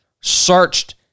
searched